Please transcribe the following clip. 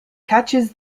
catches